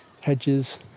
hedges